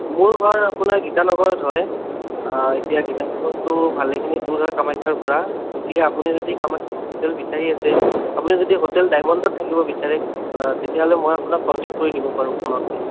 মোৰ ঘৰ আপোনাৰ গীতানগৰত হয় এতিয়া গীতানগৰটো ভালেখিনি দূৰ হয় কামাখ্যাৰপৰা গতিকে আপুনি যদি কামাখ্যাত হোটেল বিচাৰি আছে আপুনি যদি হোটেল ডাইমণ্ডত থাকিব বিচাৰে তেতিয়াহ'লে মই আপোনাক কণ্টেক্ট কৰি দিব পাৰোঁ ফোনতে